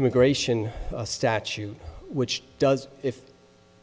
immigration a statute which does if